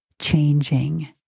changing